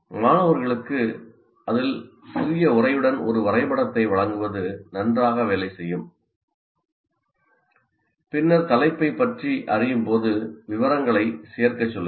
மாணவர்களுக்கு அதில் சிறிய உரையுடன் ஒரு வரைபடத்தை வழங்குவது நன்றாக வேலை செய்யும் பின்னர் தலைப்பைப் பற்றி அறியும்போது விவரங்களைச் சேர்க்கச் சொல்லுங்கள்